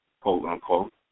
quote-unquote